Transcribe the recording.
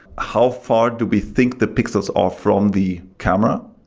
how far do we think the pixels are from the camera?